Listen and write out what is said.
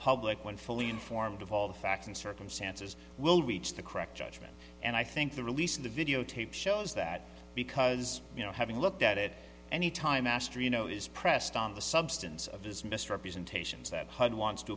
public when fully informed of all the facts and circumstances will reach the correct judgment and i think the release of the videotape shows that because you know having looked at it any time master you know is pressed on the substance of his misrepresentation